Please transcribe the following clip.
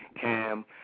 Cam